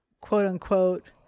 quote-unquote